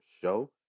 show